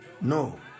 No